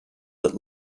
that